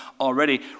already